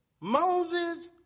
Moses